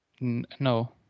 No